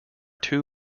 two